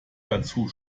dazu